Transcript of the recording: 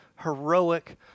heroic